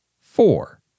four